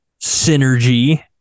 synergy